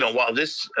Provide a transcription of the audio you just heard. you know while this